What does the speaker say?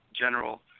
general